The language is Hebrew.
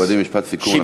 אדוני, משפט סיכום.